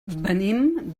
venim